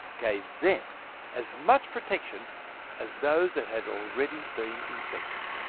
gave them as much protection as those that had already been infected.